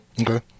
Okay